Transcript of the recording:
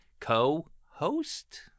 co-host